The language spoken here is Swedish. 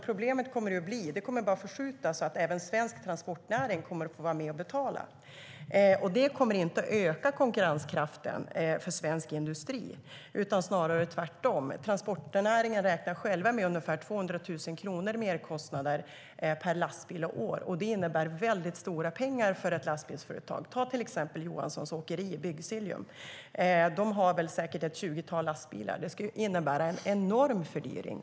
Det kommer bara att förskjutas så att även svensk transportnäring kommer att få vara med och betala. Det kommer inte att öka konkurrenskraften för svensk industri, snarare tvärtom. Transportnäringen räknar själv med ungefär 200 000 kronor i merkostnader per lastbil och år. Det innebär väldigt stora pengar för ett lastbilsföretag. Ta till exempel Johanssons Åkeri i Bygdsiljum! De har säkert ett tjugotal lastbilar. Det skulle innebära en enorm fördyring.